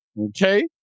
Okay